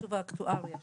חישוב אקטואריה שונה.